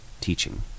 teaching